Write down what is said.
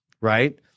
right